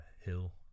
hill